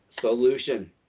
solution